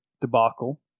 debacle